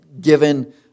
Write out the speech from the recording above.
given